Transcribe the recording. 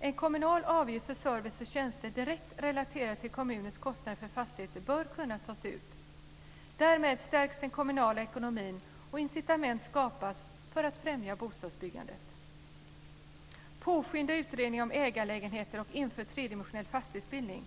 En kommunal avgift för service och tjänster direkt relaterade till kommunens kostnader för fastigheter bör kunna tas ut. Därmed stärks den kommunala ekonomin, och incitament skapas för att främja bostadsbyggandet. · Påskynda utredningen om ägarlägenheter och inför tredimensionell fastighetsbildning.